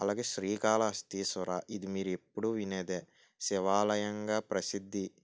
అలాగే శ్రీకాళహస్తీశ్వర ఇది మీరు ఎప్పుడు వినేది శివాలయంగా ప్రసిద్ధి